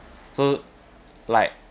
so like